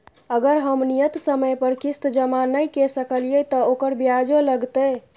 अगर हम नियत समय पर किस्त जमा नय के सकलिए त ओकर ब्याजो लगतै?